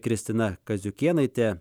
kristina kaziukėnaitė